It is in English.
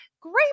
Great